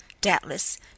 doubtless